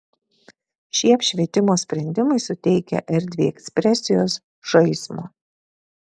šie apšvietimo sprendimai suteikia erdvei ekspresijos žaismo